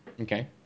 Okay